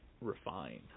refine